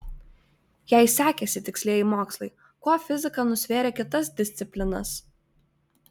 jei sekėsi tikslieji mokslai kuo fizika nusvėrė kitas disciplinas